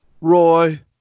Roy